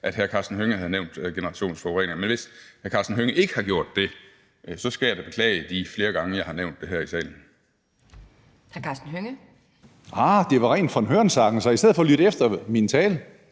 at hr. Karsten Hønge har nævnt generationsforureninger. Men hvis hr. Karsten Hønge ikke har gjort det, skal jeg da beklage de flere gange, jeg har nævnt det her i salen. Kl. 11:39 Anden næstformand (Pia Kjærsgaard): Hr. Karsten Hønge.